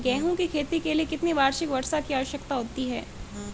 गेहूँ की खेती के लिए कितनी वार्षिक वर्षा की आवश्यकता होती है?